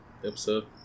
Episode